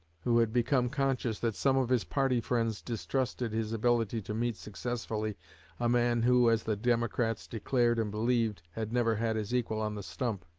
who had become conscious that some of his party friends distrusted his ability to meet successfully a man who, as the democrats declared and believed, had never had his equal on the stump,